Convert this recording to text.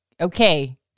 Okay